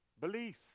belief